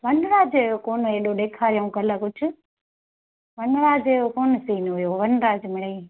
वनराज जो कोन्ह एॾो ॾेखारियऊं कल्ह कुझु वनराज जो कोन्ह सीन हुयो वनराज मिड़ेई